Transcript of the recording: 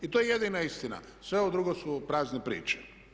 I to je jedina istina, sve ovo drugo su prazne priče.